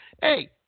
Hey